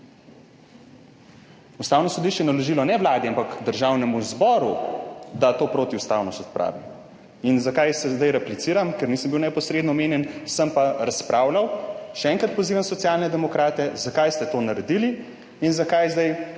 Ustavno sodišče ni naložilo Vladi, ampak Državnemu zboru, da to protiustavnost odpravi! Zakaj zdaj repliciram? Nisem bil neposredno omenjen, sem pa razpravljal. Še enkrat pozivam Socialne demokrate: zakaj ste to naredili in zakaj zdaj